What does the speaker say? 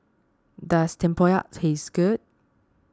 does Tempoyak taste good